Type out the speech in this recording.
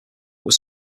was